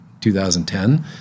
2010